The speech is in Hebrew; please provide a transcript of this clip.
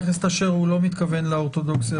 הייתי שמח לראות את האוצר